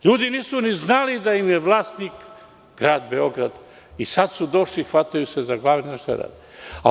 Ljudi nisu ni znali da im je vlasnik grad Beograd i sada su došli, hvataju se za glavu, ne znaju šta da rade.